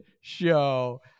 show